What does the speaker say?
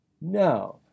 No